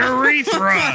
Urethra